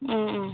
ആ ആ